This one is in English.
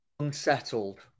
Unsettled